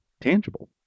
tangible